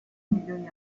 migliori